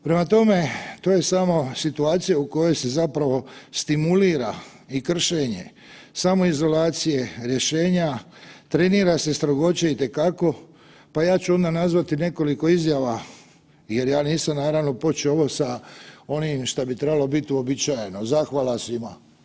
Prema tome, to je samo situacija u kojoj se zapravo stimulira i kršenje samoizolacije, rješenja, trenira se strogoća itekako, pa ja ću onda nazvati nekoliko izjava jer ja nisam naravno počeo ovo sa onim šta bi trebalo biti uobičajeno, zahvala svima.